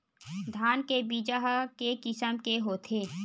धान के बीजा ह के किसम के होथे?